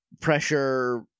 pressure